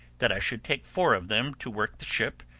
that i should take four of them to work the ship,